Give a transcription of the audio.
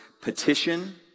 petition